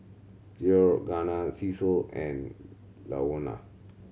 Georganna Cecil and Louanna